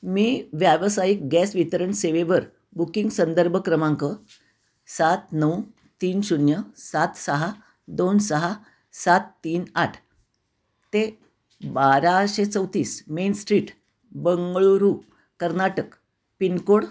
मी व्यावसायिक गॅस वितरण सेवेवर बुकिंग संदर्भ क्रमांक सात नऊ तीन शून्य सात सहा दोन सहा सात तीन आठ ते बाराशे चौतीस main street Bengaluru Karnataka pin code